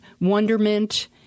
wonderment